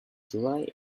july